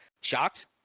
shocked